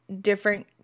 different